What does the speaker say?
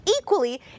equally